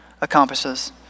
accomplishes